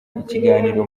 ikiganiro